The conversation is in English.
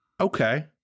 okay